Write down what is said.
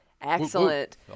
Excellent